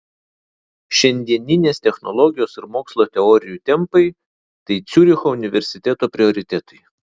šiandieninės technologijos ir mokslo teorijų tempai tai ciuricho universiteto prioritetai